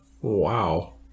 Wow